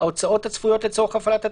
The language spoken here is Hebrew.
ההוצאות הצפויות לצורך הפעלת התאגיד,